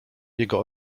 jego